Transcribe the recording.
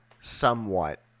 Somewhat